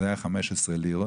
זה היה 15 לירות,